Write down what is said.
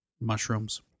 Mushrooms